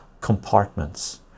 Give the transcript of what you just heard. compartments